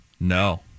no